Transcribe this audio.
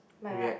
my what